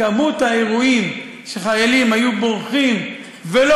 מספר האירועים שחיילים היו בורחים ולא